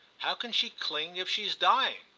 how can she cling if she's dying?